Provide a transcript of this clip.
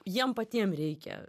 jiem patiem reikia